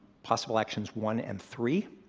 possible actions one and three.